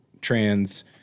trans